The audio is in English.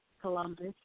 Columbus